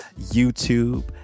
youtube